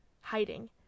hiding